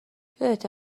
یادته